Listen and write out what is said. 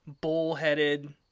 bull-headed